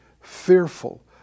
Fearful